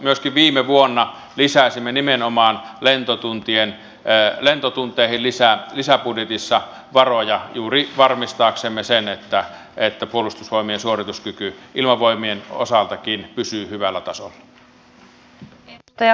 myöskin viime vuonna lisäsimme nimenomaan lentotunteihin lisäbudjetissa varoja juuri varmistaaksemme sen että puolustusvoimien suorituskyky ilmavoimien osaltakin pysyy hyvällä tasolla